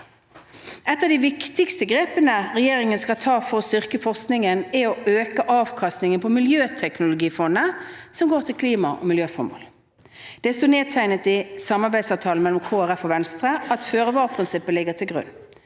Et av de viktigste grepene regjeringen skal ta for å styrke forskningen, er å øke avkastningen fra miljøteknologifondet som går til klima- og miljøformål. Det står nedtegnet i samarbeidsavtalen med Kristelig Folkeparti og Venstre at føre-var-prinsippet ligger til grunn.